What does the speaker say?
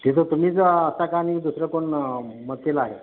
तिथं तुम्ही जर आता कानी दुसरं कोण आहे